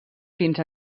fins